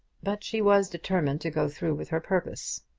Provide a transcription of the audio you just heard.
but she was determined to go through with her purpose.